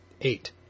Eight